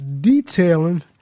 detailing